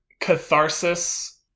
catharsis